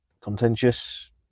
contentious